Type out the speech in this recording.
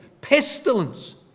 Pestilence